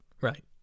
right